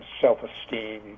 self-esteem